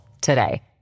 today